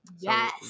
Yes